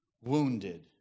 wounded